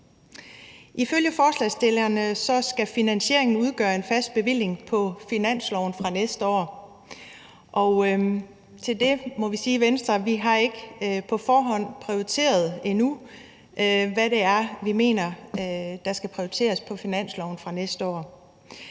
Ifølge forslagsstillerne skal finansieringen udgøre en fast bevilling på finansloven fra næste år, og til det må vi sige i Venstre, at vi endnu ikke har prioriteret, hvad det er, vi mener der skal prioriteres på finansloven for næste år.